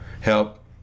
help